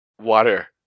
water